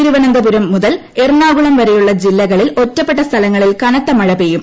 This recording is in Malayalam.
തിരുവനന്തപുരം മുതൽ എറണാകുളം വരെയുള്ള ജില്ലകളിൽ ഒറ്റപ്പെട്ട സ്ഥലങ്ങളിൽ കനത്ത മഴ പെയ്യും